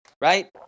Right